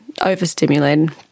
overstimulated